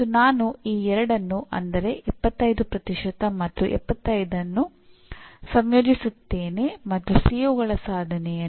mechanical engineering programme ಅದರ ವಿದ್ಯಾರ್ಥಿಗಳು ಯಾಂತ್ರಿಕ ಎಂಜಿನಿಯರಿಂಗ್ ವಿಭಾಗದಲ್ಲಿ ಏನನ್ನಾದರೂ ಮಾಡಲು ಸಾಧ್ಯವಾಗುತ್ತದೆ ಎಂದು ಅರ್ಥೈಸುತ್ತದೆ